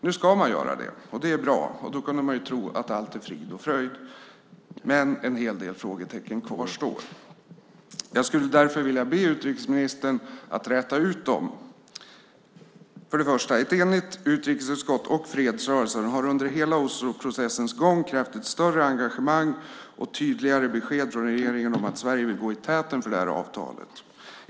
Nu ska man göra det, och det är bra. Då kunde man ju tro att allt är frid och fröjd, men en hel del frågetecken kvarstår. Jag skulle därför vilja be utrikesministern att räta ut dem. Ett enigt utrikesutskott och fredsrörelsen har under hela Osloprocessens gång krävt ett större engagemang och tydligare besked från regeringen om att Sverige vill gå i täten för det här avtalet.